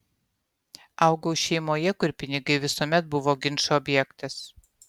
augau šeimoje kur pinigai visuomet buvo ginčo objektas